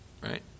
right